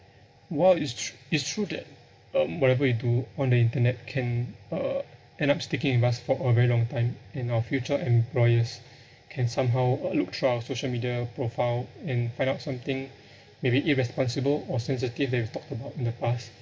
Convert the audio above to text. while it's tr~ it's true that um whatever you do on the internet can uh end up sticking with us for a very long time and our future employers can somehow uh look through our social media profile and find out something maybe irresponsible or sensitive that you talked about in the past